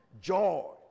joy